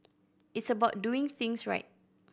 it's about doing things right